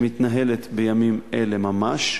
שמתנהלת בימים אלה ממש,